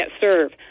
serve